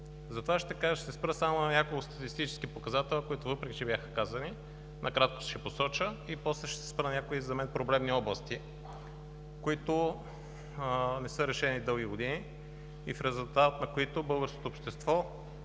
Затова ще се спра само на някои статистически показатели, които, въпреки че бяха казани, накратко ще посоча и после ще се спра на някои за мен проблемни области, които не са решени дълги години и в резултат на които българското общество